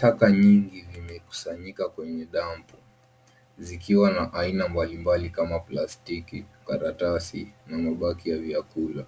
Taka nyingi zimekusanyika kwenye dampu , zikiwa na aina mbalimbali kama plastiki, karatasi, na mabaki ya vyakula.